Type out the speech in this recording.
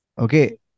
Okay